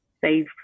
save